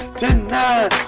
tonight